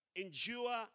Endure